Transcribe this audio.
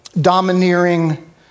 domineering